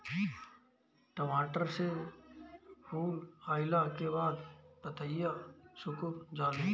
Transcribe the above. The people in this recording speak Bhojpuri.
टमाटर में फूल अईला के बाद पतईया सुकुर जाले?